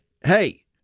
hey